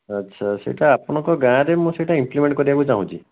ଆଛା ସେଟା ଆପଣଙ୍କ ଗାଁରେ ମୁଁ ସେଟା ଇମ୍ପ୍ଲିମେଣ୍ଟ୍ କରିବାକୁ ଚାହୁଁଛି